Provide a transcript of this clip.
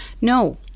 No